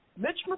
Mitch